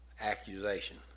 accusation